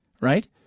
right